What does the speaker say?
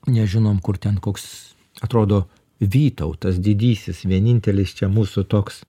nežinom kur ten koks atrodo vytautas didysis vienintelis čia mūsų toks